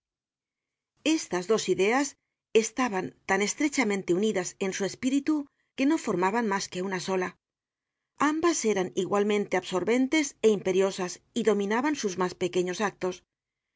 estas dos ideas estaban tan estrechamente unidas en su espíritu que no formaban mas que una sola ambas eran igualmente absorbentes é imperiosas y dominaban sus mas pequeños actos